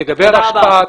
לגבי רשפ"ת.